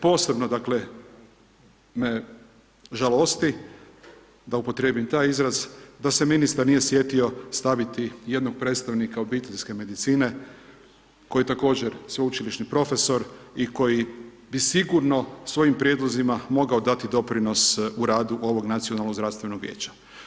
Posebno, dakle, me žalosti, da upotrijebim taj izraz, da se ministar nije sjetio staviti jednog predstavnika obiteljske medicine koji je također sveučilišni profesor i koji bi sigurno svojim prijedlozima mogao dati doprinos u radu ovog Nacionalnog zdravstvenog vijeća.